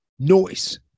noise